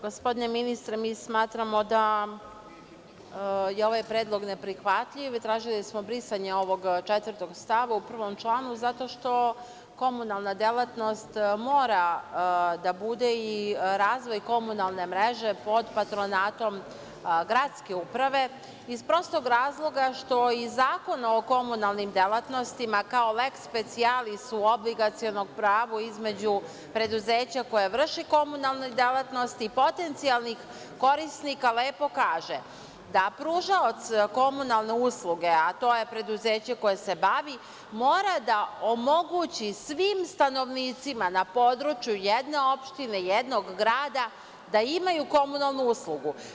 Gospodine ministre, mi smatramo da je ovaj predlog neprihvatljiv, tražili smo brisanje ovog četvrtog stava u članu 1. zato što komunalna delatnost mora da bude i razvoj komunalne mreže pod patronatom gradske uprave iz prostog razloga što i Zakon o komunalnim delatnostima kao leks specijalis u obligacionom pravu između preduzeća koja vrše komunalne delatnosti i potencijalnih korisnika lepo kaže da pružaoc komunalne usluge, a to je preduzeće koje se bavi, mora da omogući svim stanovnicima na području jedne opštine jednog grada da imaju komunalnu uslugu.